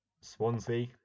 Swansea